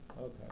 okay